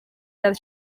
that